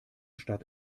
stadt